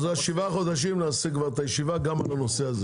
בעוד שבעה חודשים נקיים ישיבה גם על הנושא הזה.